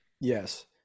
Yes